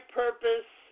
purpose